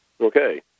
Okay